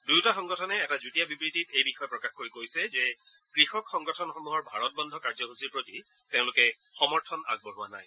দুয়োটা সংগঠনে এটা যুটীয়া বিবৃতিত এই বিষয়ে প্ৰকাশ কৰি কৈছে যে কৃষক সংগঠনসমূহৰ ভাৰত বন্ধ কাৰ্যসূচীৰ প্ৰতি তেওঁলোকে সমৰ্থন আগবঢ়োৱা নাই